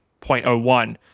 0.01